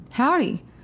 Howdy